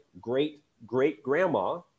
great-great-grandma